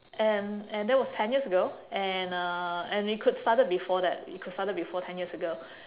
and and that was ten years ago and uh and it could started before that it could started before ten years ago